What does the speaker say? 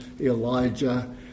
Elijah